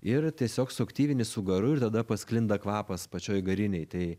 ir tiesiog suaktyvini su garu ir tada pasklinda kvapas pačioj garinėj tai